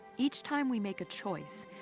each time we make a choice,